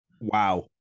Wow